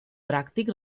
pràctic